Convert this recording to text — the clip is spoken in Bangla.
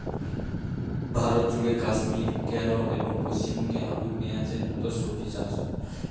ভারতজুড়ে কাশ্মীর, কেরল এবং পশ্চিমবঙ্গে আলু, পেঁয়াজের মতো সবজি চাষ হয়